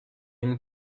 une